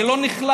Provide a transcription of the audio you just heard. זה לא נכלל.